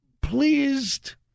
pleased